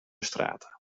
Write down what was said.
straten